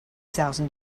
thousand